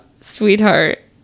Sweetheart